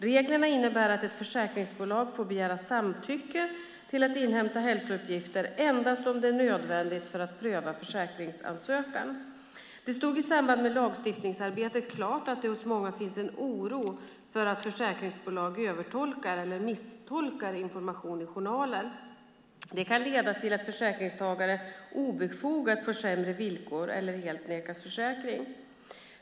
Reglerna innebär att ett försäkringsbolag får begära samtycke till att inhämta hälsouppgifter endast om det är nödvändigt för att pröva försäkringsansökan. Det stod i samband med lagstiftningsarbetet klart att det hos många finns en oro för att försäkringsbolag övertolkar eller misstolkar information i journaler. Detta kan leda till att försäkringstagare obefogat får sämre villkor eller helt nekas försäkring.